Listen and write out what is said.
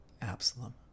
Absalom